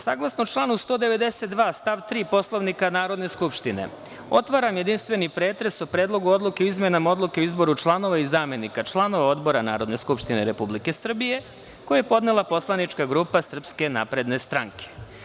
Saglasno članu 192. stav 3. Poslovnika Narodne skupštine otvaram jedinstveni pretres o Predlogu odluke o izmenama Odluke o izboru članova i zamenika članova Odbora Narodne skupštine Republike Srbije, koju je podnela poslanička grupa SNS.